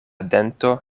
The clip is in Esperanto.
dento